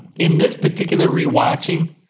in this particular rewatching,